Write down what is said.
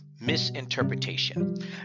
Misinterpretation